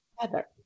together